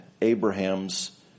Abraham's